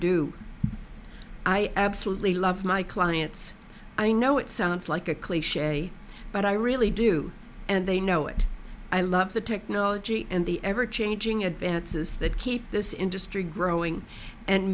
do i absolutely love my clients i know it sounds like a clich but i really do and they know it i love the technology and the ever changing advances that keep this industry growing and